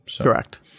Correct